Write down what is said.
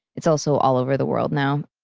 it's also all over the world now.